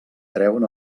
treuen